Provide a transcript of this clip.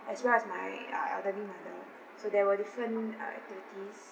as well as my uh elderly mother so there were different uh activities